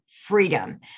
freedom